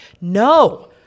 No